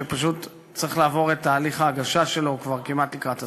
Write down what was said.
שפשוט צריך לעבור את תהליך ההגשה שלו והוא כבר כמעט לקראת הסוף,